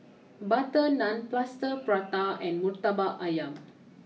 Butter Naan Plaster Prata and Murtabak Ayam